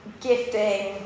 gifting